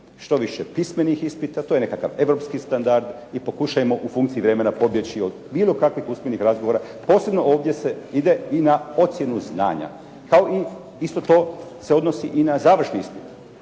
što više pismenih ispita, to je nekakav standard, i pokušajmo u funkciji vremena pobjeći od bilo kakvih usmenih razgovora. Posebno ovdje se ide i na ocjenu znanja kao i isto to se odnosi i na završni ispit.